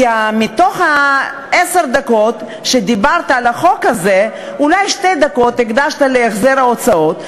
כי מעשר הדקות שדיברת על החוק הזה אולי שתי דקות הקדשת להחזר ההוצאות,